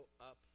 up